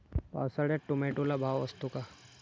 पावसाळ्यात टोमॅटोला भाव असतो का?